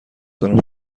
دارم